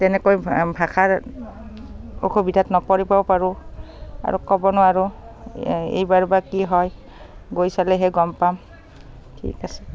তেনেকৈ ভাষাৰ অসুবিধাত নপৰিবও পাৰোঁ আৰু ক'ব নোৱাৰোঁ এইবাৰ বা কি হয় গৈ চালেহে গম পাম ঠিক আছে